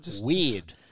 Weird